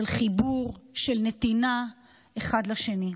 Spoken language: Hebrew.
של חיבור, של נתינה אחד לשני.